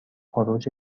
خروج